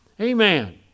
Amen